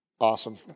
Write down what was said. Awesome